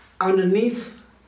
underneath